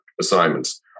assignments